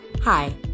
Hi